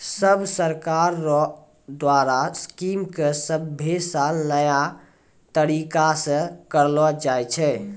सब सरकार रो द्वारा स्कीम के सभे साल नया तरीकासे करलो जाए छै